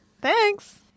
Thanks